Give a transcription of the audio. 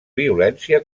violència